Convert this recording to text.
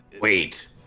Wait